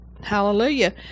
hallelujah